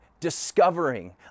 Discovering